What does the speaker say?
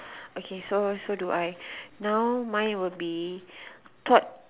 okay so so do I now mine will be thought